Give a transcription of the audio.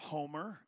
Homer